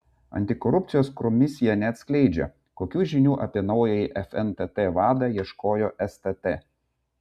antikorupcijos komisija neatskleidžia kokių žinių apie naująjį fntt vadą ieškojo stt